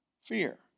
fear